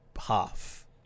half